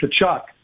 Kachuk